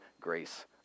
grace